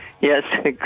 Yes